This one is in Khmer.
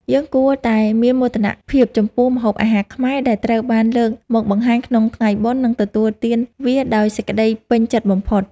យើងគួរតែមានមោទនភាពចំពោះម្ហូបអាហារខ្មែរ ដែលត្រូវបានលើកមកបង្ហាញក្នុងថ្ងៃបុណ្យ និងទទួលទានវាដោយសេចក្តីពេញចិត្តបំផុត។